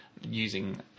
using